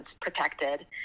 protected